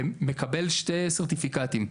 הוא מקבל שתי תעודות דיגיטליות,